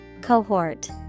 Cohort